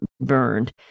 burned